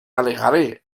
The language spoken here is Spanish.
alejaré